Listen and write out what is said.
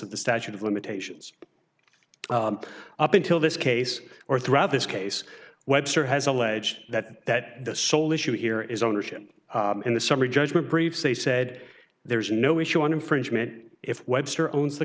of the statute of limitations up until this case or throughout this case webster has alleged that that the sole issue here is ownership in the summary judgment briefs they said there's no issue on infringement if webster owns the